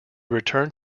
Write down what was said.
returned